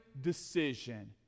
decision